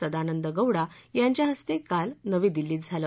सदानंद गौडा यांच्या हस्ते काल नवी दिल्लीत झालं